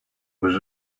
was